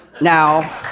Now